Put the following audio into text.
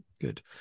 Good